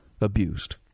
abused